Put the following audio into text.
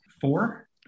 four